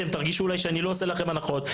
אתם תרגישו אולי שאני לא עושה להם הנחות,